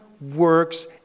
works